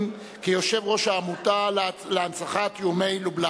יושב-ראש העמותה להנצחת יהודי טומשוב-לובלסקי.